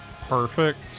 perfect